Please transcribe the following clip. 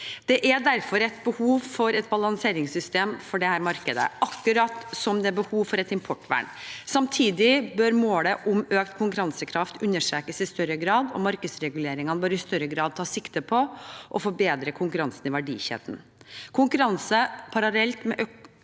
Det er derfor et behov for et balanseringssystem for dette markedet, akkurat som det er behov for et importvern. Samtidig bør målet om økt konkurransekraft understrekes i større grad, og markedsreguleringene bør i større grad ta sikte på å forbedre konkurransen i verdikjeden. Konkurranse parallelt med